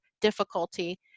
difficulty